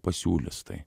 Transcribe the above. pasiūlys tai